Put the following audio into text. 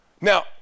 Now